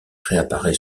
réapparaît